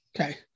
Okay